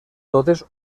totes